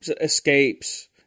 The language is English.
escapes